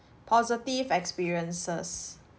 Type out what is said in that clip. positive experiences